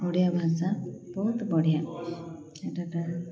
ଓଡ଼ିଆ ଭାଷା ବହୁତ ବଢ଼ିଆ